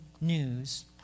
news